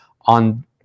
on